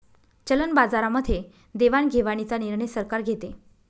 चलन बाजारामध्ये देवाणघेवाणीचा निर्णय सरकार घेते